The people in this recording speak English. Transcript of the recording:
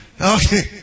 Okay